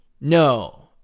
No